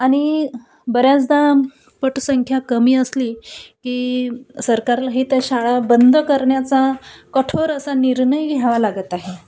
आणि बऱ्याचदा पटसंख्या कमी असली की सरकारलाही त्या शाळा बंद करण्याचा कठोर असा निर्नय घ्यावा लागत आहे